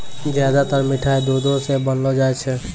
ज्यादातर मिठाय दुधो सॅ बनौलो जाय छै